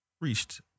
reached